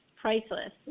priceless